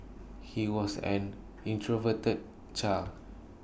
he was an introverted child